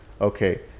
okay